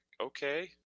okay